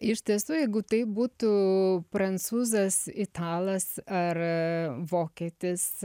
iš tiesų jeigu tai būtų prancūzas italas ar vokietis